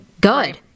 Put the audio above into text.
Good